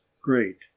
great